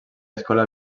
escola